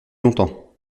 longtemps